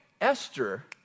esther